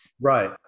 Right